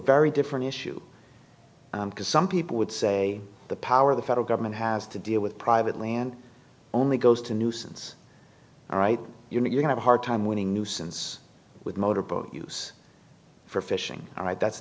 very different issue because some people would say the power the federal government has to deal with private land only goes to nuisance all right you know you can have a hard time winning nuisance with motor boat use for fishing all right that's